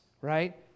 right